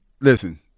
listen